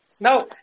No